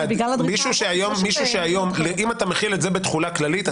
אם אתה מחיל את זה בתחולה כללית,